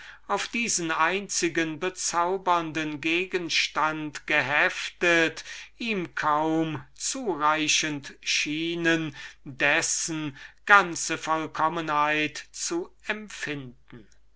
auf diesen einzigen bezaubernden gegenstand geheftet ihm kaum zureichend schienen dessen ganze vollkommenheit zu empfinden